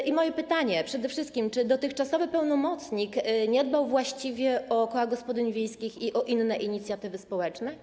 I moje pytanie brzmi przede wszystkim tak: Czy dotychczasowy pełnomocnik nie dbał właściwie o koła gospodyń wiejskich i o inne inicjatywy społeczne?